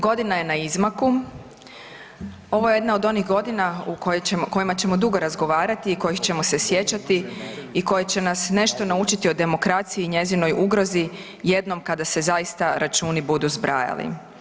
Godina je na izmaku, ovo je jedna od onih godina o kojoj ćemo dugo razgovarati i kojih ćemo se sjećati i koje će nas nešto naučiti o demokraciji i njezinoj ugrozi jednom kada se zaista računi budu zbrajali.